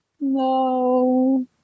no